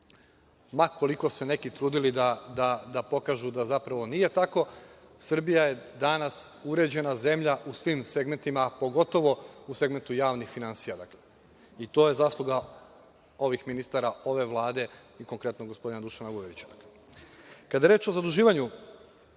Ma koliko se neki trudili da pokažu da zapravo nije tako, Srbija je danas uređena zemlja u svim segmentima, pogotovo u segmentu javnih finansija, i to je zasluga ovih ministara, ove Vlade i konkretno gospodina Dušana Vujovića. Kada je reč o zaduživanju